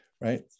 right